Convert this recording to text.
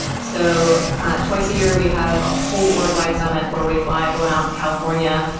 so twice a year, we have a whole org wide summit, where we fly everyone out to california.